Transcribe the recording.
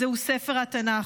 זהו ספר התנ"ך.